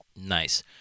Nice